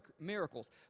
miracles